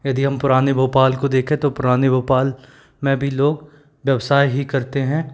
यदि हम पुराने भोपाल को देखें तो पुराने भोपाल में भी लोग व्यवसाय ही करते हैं